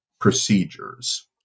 procedures